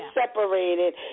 separated